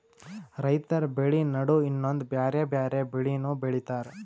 ರೈತರ್ ಬೆಳಿ ನಡು ಇನ್ನೊಂದ್ ಬ್ಯಾರೆ ಬ್ಯಾರೆ ಬೆಳಿನೂ ಬೆಳಿತಾರ್